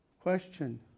question